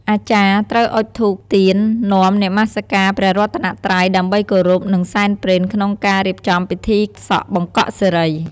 អាចារ្យត្រូវអុជធូប ទៀន នាំនមស្ការព្រះរតនត្រៃ ដើម្បីគោរព និងសែនព្រេនក្នងការរៀបចំពិធីការសក់បង្កក់សិរី។